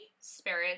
Spirit